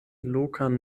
lokan